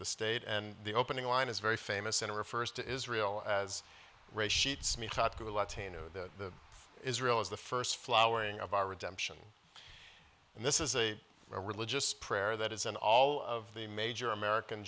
the state and the opening line is very famous in refers to israel as a latino the israel is the first flowering of our redemption and this is a religious prayer that is and all of the major american